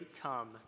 come